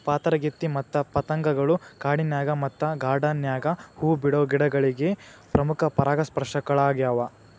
ಪಾತರಗಿತ್ತಿ ಮತ್ತ ಪತಂಗಗಳು ಕಾಡಿನ್ಯಾಗ ಮತ್ತ ಗಾರ್ಡಾನ್ ನ್ಯಾಗ ಹೂ ಬಿಡೋ ಗಿಡಗಳಿಗೆ ಪ್ರಮುಖ ಪರಾಗಸ್ಪರ್ಶಕಗಳ್ಯಾವ